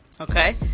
okay